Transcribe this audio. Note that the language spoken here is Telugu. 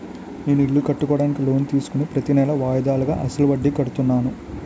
నేను ఇల్లు కట్టుకోడానికి లోన్ తీసుకుని ప్రతీనెలా వాయిదాలుగా అసలు వడ్డీ కడుతున్నాను